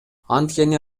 анткени